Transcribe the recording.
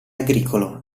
agricolo